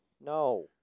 No